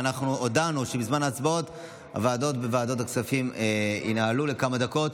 ואנחנו הודענו שבזמן ההצבעות העבודה בוועדת הכספים תיפסק לכמה דקות.